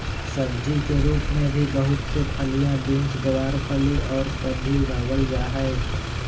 सब्जी के रूप में भी बहुत से फलियां, बींस, गवारफली और सब भी उगावल जाहई